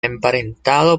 emparentado